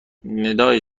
ندای